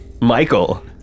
Michael